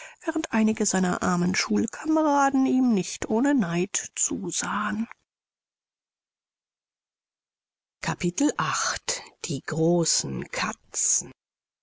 während einige seiner armen schulkameraden ihm nicht ohne neid zusahen die großen katzen